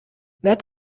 that